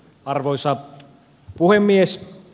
arvoisa puhemies